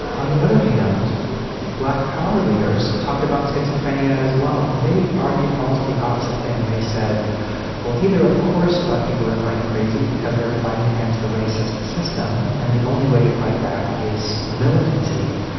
on the other hand black power leaders talked about schizophrenia as well. they argued almost the opposite thing, they said well either of course black people are going crazy because they are fighting against a racist system and the only way to fight back is militancy.